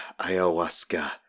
ayahuasca